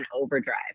overdrive